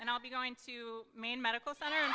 and i'll be going to maine medical center